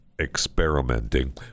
experimenting